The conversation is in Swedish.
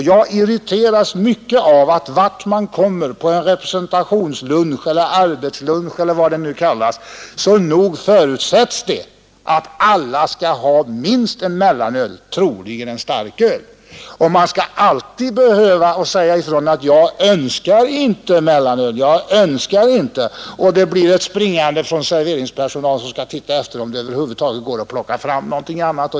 Jag irriteras mycket av att vart man kommer på representationslunch eller arbetslunch eller vad det kallas, så nog förutsätts det att alla skall ha minst en mellanöl, eller en starköl. Man skall alltid behöva säga ifrån: ”Jag önskar inte mellanöl! ” Sedan blir det ett springande av serveringspersonalen, som skall titta efter om det över huvud taget går att plocka fram någonting annat.